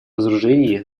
разоружении